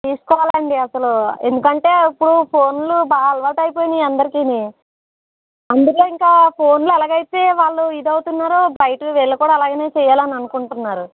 తీసుకోవాలి అండి అసలు ఎందుకు అంటే ఇపుడు ఫోన్లు బాగా అలవాటు అయిపోయాయి అందరికీ అందుకే ఇంకా ఫోన్లో ఎలాగ అయితే వాళ్ళు ఇది అవుతున్నారో బయట వీళ్ళు కూడా అలానే చేయాలి అనుకుంటున్నారు